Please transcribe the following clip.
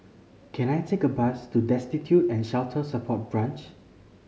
can I take a bus to Destitute and Shelter Support Branch